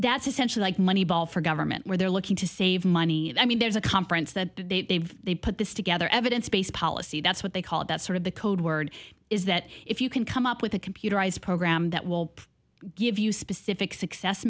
that's essential like moneyball for government where they're looking to save money i mean there's a conference that they they put this together evidence based policy that's what they call it that sort of the code word is that if you can come up with a computerized program that will give you specific success